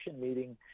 meeting